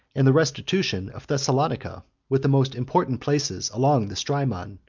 and the restitution of thessalonica, with the most important places along the strymon,